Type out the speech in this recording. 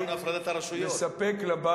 הוא לא שמר על עקרון הפרדת הרשויות.